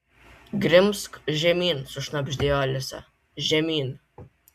grimzk žemyn sušnabždėjo alisa žemyn